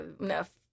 Enough